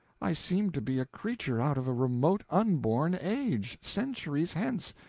i seemed to be a creature out of a remote unborn age, centuries hence,